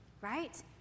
right